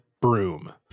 broom